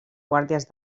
guàrdies